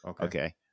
Okay